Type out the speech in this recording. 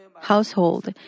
household